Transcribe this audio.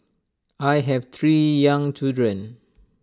I have three young children